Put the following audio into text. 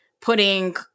putting